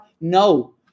No